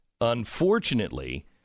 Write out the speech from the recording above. Unfortunately